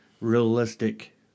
realistic